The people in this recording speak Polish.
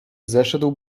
zeszedł